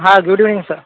हां good evening sir